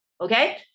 okay